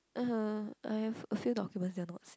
!uh huh! I have a few documents that are not saved